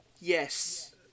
Yes